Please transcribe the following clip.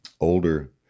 older